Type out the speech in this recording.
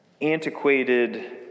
antiquated